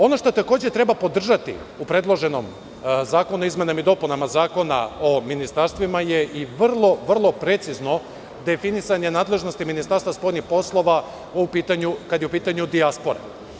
Ono što takođe treba podržati u predloženom zakonu o izmenama i dopunama Zakona o ministarstvima je i vrlo precizno definisanje nadležnosti Ministarstva spoljnih poslova kada je u pitanju dijaspora.